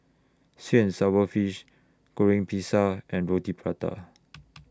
Sweet and Sour Fish Goreng Pisang and Roti Prata